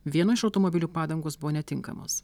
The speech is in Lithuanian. vieno iš automobilių padangos buvo netinkamos